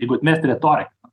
jeigu atmesti retoriką